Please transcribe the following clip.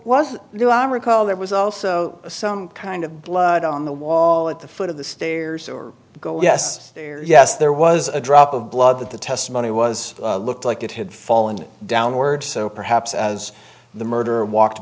was i recall there was also some kind of blood on the wall at the foot of the stairs or go yes yes there was a drop of blood that the testimony was looked like it had fallen downwards so perhaps as the murder walked